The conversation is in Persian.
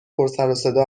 پرسروصدا